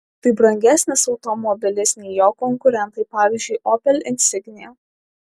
tai brangesnis automobilis nei jo konkurentai pavyzdžiui opel insignia